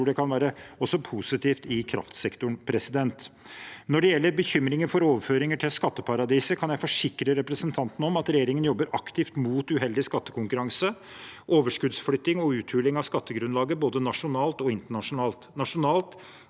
Jeg tror det kan være positivt også i kraftsektoren. Når det gjelder bekymringer for overføringer til skatteparadiser, kan jeg forsikre representanten om at regjeringen jobber aktivt mot uheldig skattekonkurranse, overskuddsflytting og uthuling av skattegrunnlaget både nasjonalt og internasjonalt.